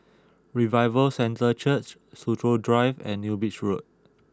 Revival Centre Church Soo Chow Drive and New Bridge Road